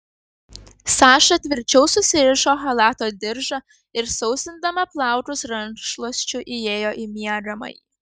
saša tvirčiau susirišo chalato diržą ir sausindama plaukus rankšluosčiu įėjo į miegamąjį